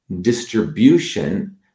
distribution